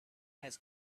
has